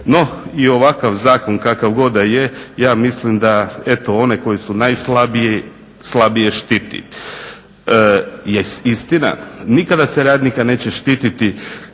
No i ovakav zakon kakav god da je ja mislim da eto oni koji su najslabije štiti. Jest istina nikada se radnika neće štititi